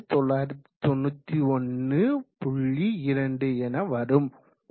2 என வரும் முழு எண்ணாக 6000 வாட்ஸ் என கூறலாம்